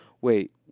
Wait